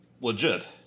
legit